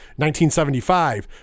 1975